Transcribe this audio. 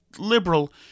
Liberal